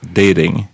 dating